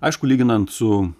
aišku lyginant su